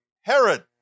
Herod